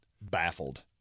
baffled